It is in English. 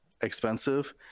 expensive